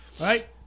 Right